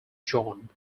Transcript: john